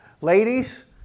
Ladies